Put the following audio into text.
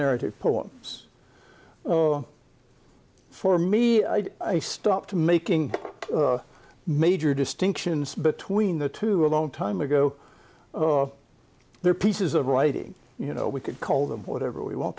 narrative poems for me i stopped making major distinctions between the two a long time ago there are pieces of writing you know we could call them whatever we want